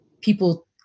people